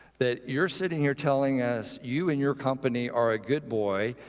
that you're sitting here telling us you and your company are a good boy.